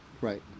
Right